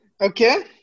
okay